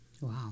Wow